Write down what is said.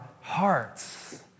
hearts